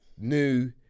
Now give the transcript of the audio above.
new